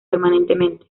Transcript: permanentemente